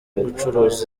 gucuruza